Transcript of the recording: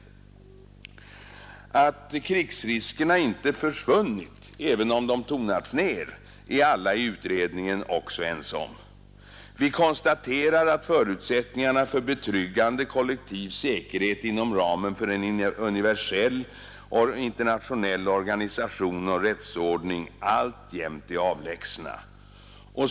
Att krigsriskerna inte försvunnit även om de tonats ned är alla i utredningen också ense om. Vi konstaterar att förutsättningarna för betryggande kollektiv säkerhet inom ramen för en universell och internationell organisation och rättsordning alltjämt är avlägsna.